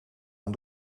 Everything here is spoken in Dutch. aan